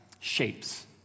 shapes